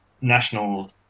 national